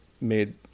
made